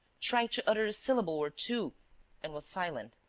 tried to utter a syllable or two and was silent.